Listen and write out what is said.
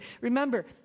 Remember